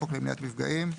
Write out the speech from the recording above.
"חוק למניעת מפגעים"